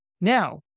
Now